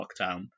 lockdown